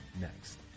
next